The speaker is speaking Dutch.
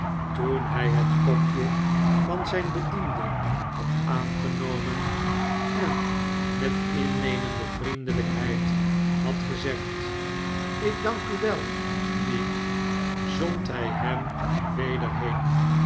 toen hij het kopje van zijn bediende had aangenomen en met innemende vriendelijkheid had gezegd ik dank u wel peak zond hij hem weder heen